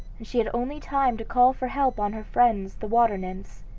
and she had only time to call for help on her friends the water nymphs.